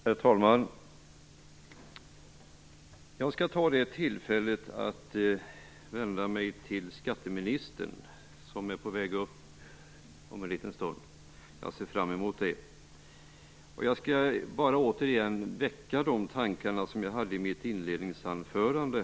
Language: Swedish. Herr talman! Jag skall ta tillfället i akt att vända mig till skatteministern, som kommer att tala om en liten stund. Jag ser fram emot det. Jag skall bara återigen väcka de tankar jag hade i mitt inledningsanförande.